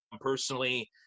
personally